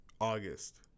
August